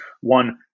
one